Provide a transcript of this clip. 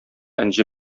энҗе